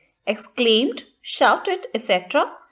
exclaimed, shouted etc.